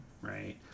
right